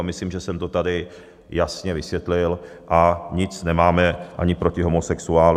Myslím, že jsem to tady jasně vysvětlil, a nic nemáme ani proti homosexuálům.